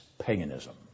paganism